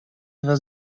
was